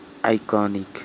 iconic